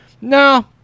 No